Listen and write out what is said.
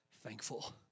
thankful